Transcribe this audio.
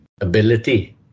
ability